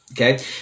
Okay